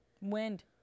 Wind